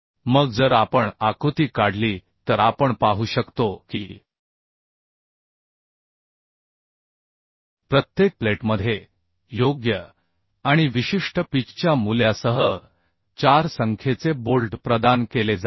मग जर आपण आकृती काढली तर आपण पाहू शकतो की प्रत्येक प्लेटमध्ये योग्य आणि विशिष्ट पिचच्या मूल्यासह 4 संख्येचे बोल्ट प्रदान केले जातात